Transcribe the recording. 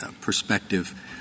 perspective